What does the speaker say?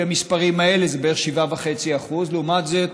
המספרים האלה זה בערך 7.5%. לעומת זה,